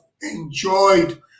enjoyed